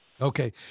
Okay